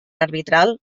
arbitral